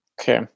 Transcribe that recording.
okay